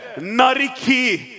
Nariki